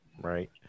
right